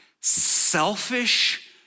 selfish